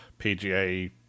PGA